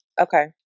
Okay